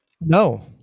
No